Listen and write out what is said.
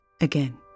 again